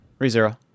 ReZero